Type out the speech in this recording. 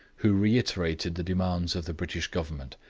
who reiterated the demands of the british government,